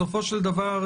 בסופו של דבר,